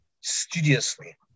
studiously